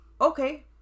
okay